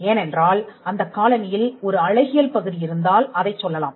ஏனென்றால் அந்தக் காலணியில் ஒரு அழகியல் பகுதி இருந்தால் அதைச் சொல்லலாம்